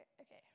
Okay